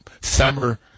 summer